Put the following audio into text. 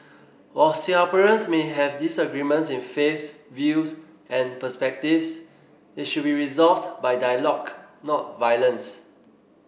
while Singaporeans may have disagreements in faiths views and perspectives they should be resolved by dialogue not violence